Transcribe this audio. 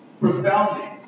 profoundly